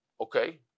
Okay